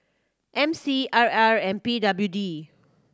M C R R and P W D